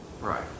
right